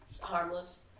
harmless